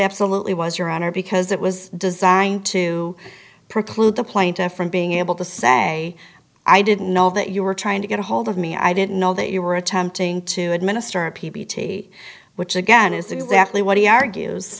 absolutely was your honor because it was designed to preclude the plaintiff from being able to say i didn't know that you were trying to get a hold of me i didn't know that you were attempting to administer a p b t which again is exactly what he argues